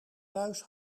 thuis